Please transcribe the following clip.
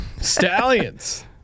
Stallions